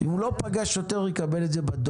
אם הוא לא פגש שוטר, הוא יקבל את זה בדואר.